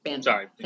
Sorry